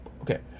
okay